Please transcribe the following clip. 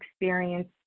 experience